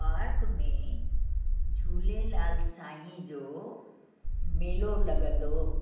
park में झूलेलाल साईं जो मेलो लॻंदो